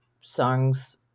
songs